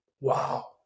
wow